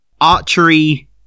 archery